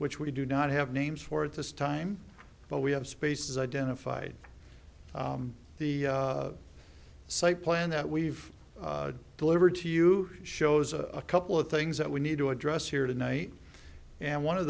which we do not have names for at this time but we have spaces identified the site plan that we've delivered to you shows a couple of things that we need to address here tonight and one of